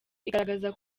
igaragaza